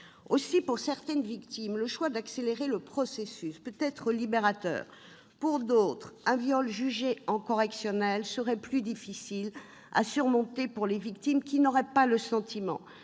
Aussi, pour certaines victimes, le choix d'accélérer le processus peut être libérateur. Pour d'autres, un viol jugé en correctionnelle serait plus difficile à surmonter, car elles n'auraient pas le sentiment